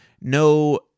no